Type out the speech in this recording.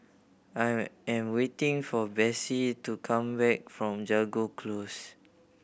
I am waiting for Bessie to come back from Jago Close